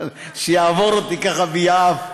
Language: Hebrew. שיעבור אותי ככה ביעף.